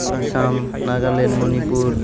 Assam Nagaland Manipur